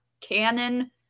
canon